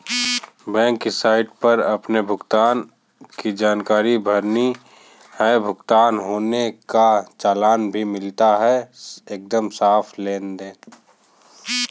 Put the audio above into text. bank की site पर अपने भुगतान की जानकारी भरनी है, भुगतान होने का चालान भी मिलता है एकदम साफ़ लेनदेन